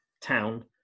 town